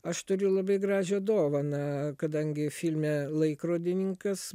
aš turiu labai gražią dovaną kadangi filme laikrodininkas